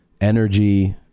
energy